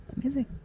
Amazing